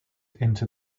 into